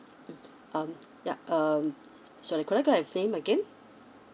mm um ya um sorry could I get your name again